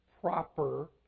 proper